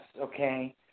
Okay